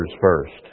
first